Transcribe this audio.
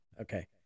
Okay